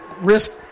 risk